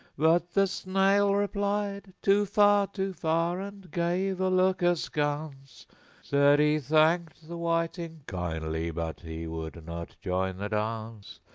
but the snail replied too far, too far! and gave a look askance said he thanked the whiting kindly, but he would not join the dance.